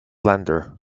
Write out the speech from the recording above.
slander